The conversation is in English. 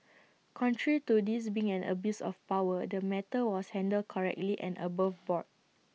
contrary to this being an abuse of power the matter was handled correctly and above board